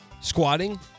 squatting